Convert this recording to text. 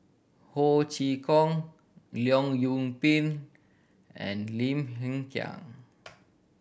Ho Chee Kong Leong Yoon Pin and Lim Hng Kiang